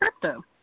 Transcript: Crypto